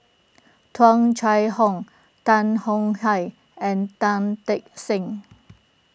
Tung Chye Hong Tan Tong Hye and Tan Teck Seng